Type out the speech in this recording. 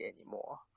anymore